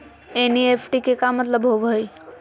NEFT के का मतलव होव हई?